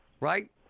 Right